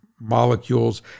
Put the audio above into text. molecules